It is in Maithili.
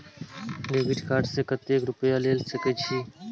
डेबिट कार्ड से कतेक रूपया ले सके छै?